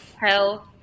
hell